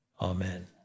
Amen